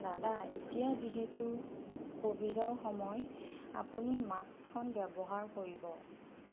দাদা এতিয়া যিহেতু ক'ভিডৰ সময় আপুনি মাস্কখন ব্যৱহাৰ কৰিব